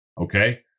Okay